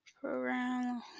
Program